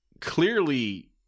clearly